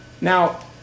Now